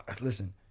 Listen